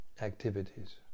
activities